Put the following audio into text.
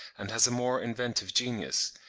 and has a more inventive genius.